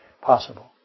possible